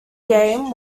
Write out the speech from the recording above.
game